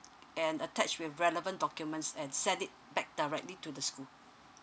and attach with relevant documents and send it back directly to the school